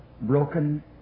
broken